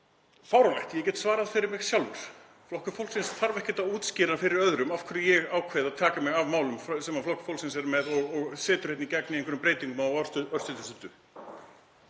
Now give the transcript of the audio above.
fáránlegt. Ég get svarað fyrir mig sjálfur. Flokkur fólksins þarf ekkert að útskýra fyrir öðrum af hverju ég ákveð að taka mig af málum sem Flokkur fólksins er með og setur hér í gegn með einhverjum breytingum á örstuttri